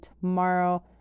tomorrow